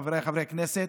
חבריי חברי הכנסת: